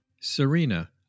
Serena